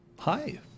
Hi